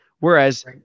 Whereas